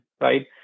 right